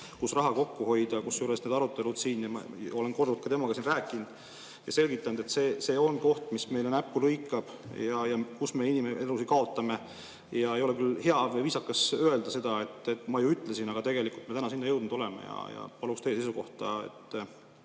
kus raha kokku hoida? Kusjuures need arutelud siin ja ma olen korduvalt ka temaga siin rääkinud ja selgitanud, et see on koht, mis meile näppu lõikab ja kus me inimelusid kaotame. Ei ole küll hea või viisakas öelda, et ma ju ütlesin, aga tegelikult me täna sinna jõudnud oleme. Palun teie seisukohta,